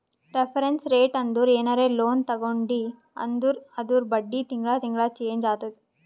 reference rate ಅಂದುರ್ ಏನರೇ loan ತಗೊಂಡಿ ಅಂದುರ್ ಅದೂರ್ ಬಡ್ಡಿ ತಿಂಗಳಾ ತಿಂಗಳಾ ಚೆಂಜ್ ಆತ್ತುದ